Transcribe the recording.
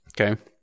Okay